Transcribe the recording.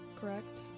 correct